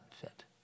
fit